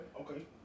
Okay